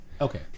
Okay